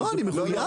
אבל אתה מחויב